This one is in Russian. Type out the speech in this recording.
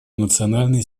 национальной